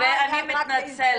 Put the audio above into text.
אני מרימה יד רק להזדהות,